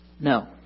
No